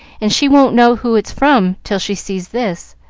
and she won't know who it's from till she sees this.